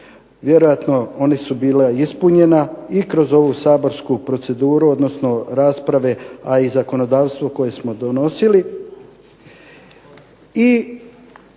Vjerojatno ona su bila ispunjena i kroz ovu saborsku proceduru odnosno rasprave, a i zakonodavstvo koje smo donosili.